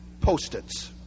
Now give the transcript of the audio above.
Post-its